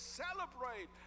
celebrate